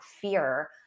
fear